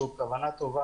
שוב הכוונה טובה,